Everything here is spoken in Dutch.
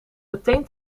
meteen